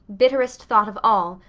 bitterest thought of all,